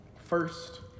First